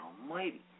almighty